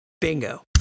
Bingo